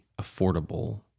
affordable